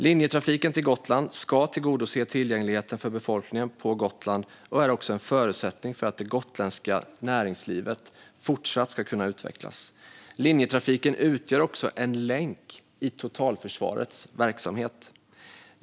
Linjetrafiken till Gotland ska tillgodose tillgängligheten för befolkningen på Gotland och är också en förutsättning för att det gotländska näringslivet fortsatt ska kunna utvecklas. Linjetrafiken utgör också en länk i totalförsvarets verksamhet.